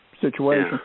situation